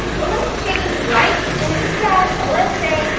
but let's change right, and instead, let's say,